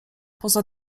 poza